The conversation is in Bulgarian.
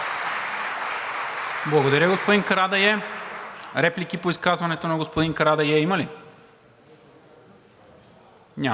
Благодаря, господин Карадайъ. Реплики по изказването на господин Карадайъ има ли? Няма.